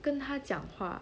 跟他讲话